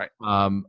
Right